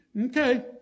Okay